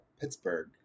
pittsburgh